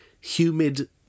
humid